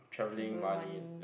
travel money